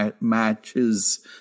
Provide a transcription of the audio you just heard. matches